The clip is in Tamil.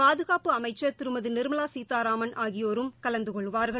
பாதுகாப்பு அமைச்சர் திருமதி நிர்மலா சீதாராமன் ஆகியோரும் கலந்து கொள்வார்கள்